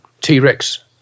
T-Rex